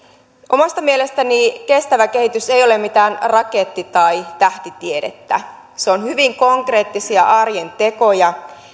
omasta mielestäni kestävä kehitys ei ole mitään raketti tai tähtitiedettä se on hyvin konkreettisia arjen tekoja